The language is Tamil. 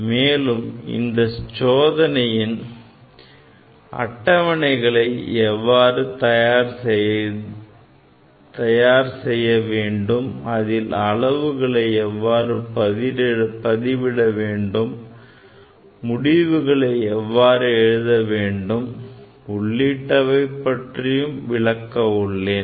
மேலும் இந்த சோதனைகளின் அட்டவணைகளை எவ்வாறு தயார் செய்ய வேண்டும் அதில் அளவுகளை எவ்வாறு பதிவிட வேண்டும் முடிவுகளை எவ்வாறு எழுத வேண்டும் உள்ளிட்டவை பற்றியும் விளக்கி உள்ளேன்